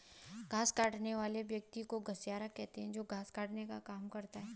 घास काटने वाले व्यक्ति को घसियारा कहते हैं जो घास काटने का काम करता है